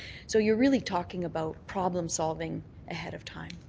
so you're really talking about problem solving ahead of time.